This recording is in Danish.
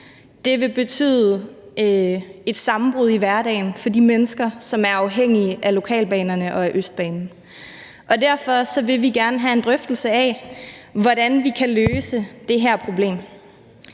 Det vil betyde et sammenbrud i hverdagen for de mennesker, som er afhængige af lokalbanerne og af Østbanen. Derfor vil vi gerne have en drøftelse af, hvordan vi kan løse det her problem.